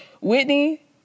Whitney